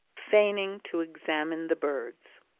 feigning to examine the birds.